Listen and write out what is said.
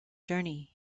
journey